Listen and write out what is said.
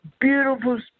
beautiful